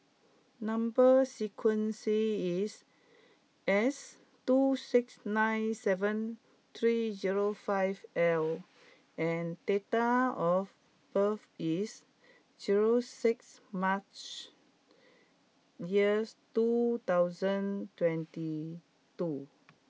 number sequence is S two six nine seven three zero five L and date of birth is zero six March years two thousand twenty two